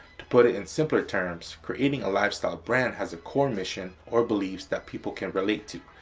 to put it in simpler terms, creating a lifestyle brand has a core mission or beliefs that people can relate to.